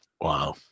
wow